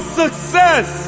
success